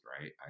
right